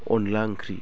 अनला ओंख्रि